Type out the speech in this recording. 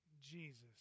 Jesus